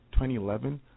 2011